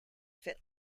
fit